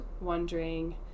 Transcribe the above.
wondering